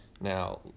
Now